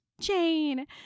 Jane